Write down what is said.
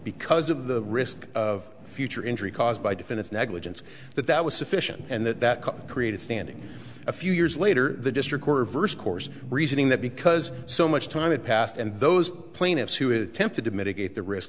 because of the risk of future injury caused by defend its negligence that that was sufficient and that that cup created standing a few years later the district were reversed course reasoning that because so much time had passed and those plaintiffs who attempted to mitigate the risk